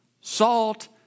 salt